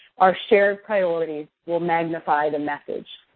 our shared priorities will magnify the message.